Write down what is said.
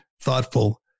thoughtful